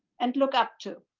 and look up to.